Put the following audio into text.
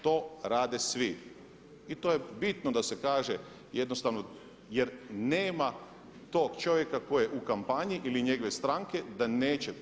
To rade svi i to je bitno da se kaže jednostavno jer nema tog čovjeka koji je u kampanje ili njegove stranke da neće.